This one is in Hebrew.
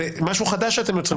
אתם יוצרים משהו חדש,